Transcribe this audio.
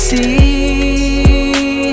see